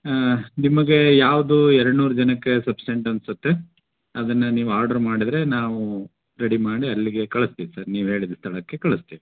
ಹ್ಞೂ ನಿಮಗೆ ಯಾವುದು ಎರಡು ನೂರು ಜನಕ್ಕೆ ಸಫ್ಶೆಂಟ್ ಅನಿಸುತ್ತೆ ಅದನ್ನು ನೀವು ಆರ್ಡ್ರು ಮಾಡಿದರೆ ನಾವು ರೆಡಿ ಮಾಡಿ ಅಲ್ಲಿಗೆ ಕಳಸ್ತಿವಿ ಸರ್ ನೀವು ಹೇಳಿದ ಸ್ಥಳಕ್ಕೆ ಕಳಸ್ತಿವಿ